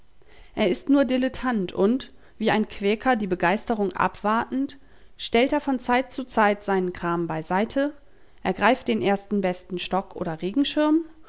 er ist nur dilettant und wie ein quäker die begeisterung abwartend stellt er von zeit zu zeit seinen kram beiseite ergreift den ersten besten stock oder